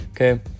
okay